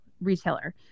retailer